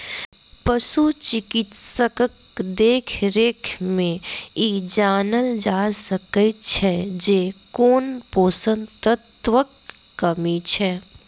पशु चिकित्सकक देखरेख मे ई जानल जा सकैत छै जे कोन पोषण तत्वक कमी छै